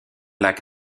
lac